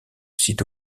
site